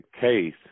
case